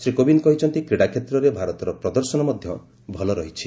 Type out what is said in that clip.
ଶ୍ରୀ କୋବିନ୍ଦ କହିଛନ୍ତି କ୍ରିଡ଼ା କ୍ଷେତ୍ରରେ ଭାରତର ପ୍ରଦର୍ଶନ ମଧ୍ୟ ଭଲ ରହିଛି